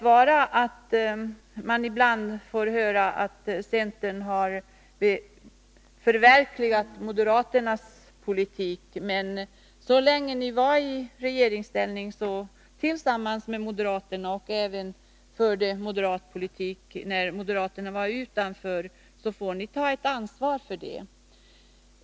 Man får ibland höra att centern förverkligade moderaternas politik så länge centern var i regeringsställning tillsammans med moderaterna och även när moderaterna var utanför, och det får ni ta ansvar för.